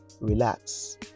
relax